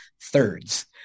thirds